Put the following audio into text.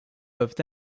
peuvent